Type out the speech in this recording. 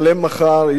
יהיה בסדר,